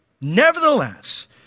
Nevertheless